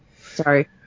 Sorry